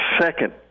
second